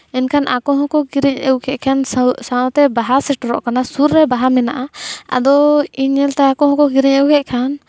ᱮᱱᱠᱷᱟᱱ ᱟᱠᱚ ᱦᱚᱸᱠᱚ ᱠᱤᱨᱤᱧ ᱟᱹᱜᱩ ᱠᱮᱫ ᱠᱷᱟᱱ ᱥᱟᱶ ᱥᱟᱶᱛᱮ ᱵᱟᱦᱟ ᱥᱮᱴᱮᱨᱚᱜ ᱠᱟᱱᱟ ᱥᱩᱨ ᱨᱮ ᱵᱟᱦᱟ ᱢᱮᱱᱟᱜᱼᱟ ᱟᱫᱚ ᱤᱧ ᱧᱮᱞᱛᱮ ᱟᱠᱚ ᱦᱚᱸᱠᱚ ᱠᱤᱨᱤᱧ ᱟᱹᱜᱩ ᱠᱮᱫ ᱠᱷᱟᱱ